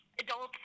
adults